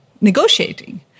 negotiating